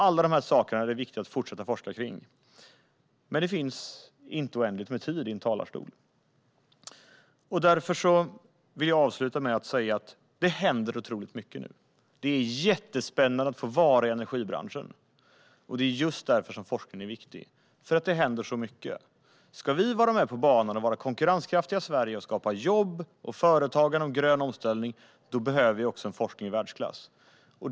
Alla de här sakerna är det viktigt att fortsätta forska kring. Men det finns inte oändligt med tid i en talarstol. Därför vill jag avsluta med att säga att det händer otroligt mycket nu. Det är jättespännande att vara i energibranschen. Det är just därför forskningen är viktig - för att det händer så mycket. Ska vi i Sverige vara med på banan och vara konkurrenskraftiga och skapa jobb, företagande och en grön omställning behöver vi också forskning i världsklass.